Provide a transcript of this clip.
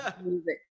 music